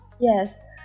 yes